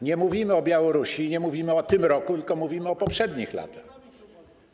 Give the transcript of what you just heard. Nie mówimy o Białorusi, nie mówimy o tym roku, tylko mówimy o poprzednich latach.